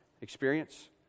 experience